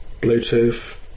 Bluetooth